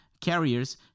Carriers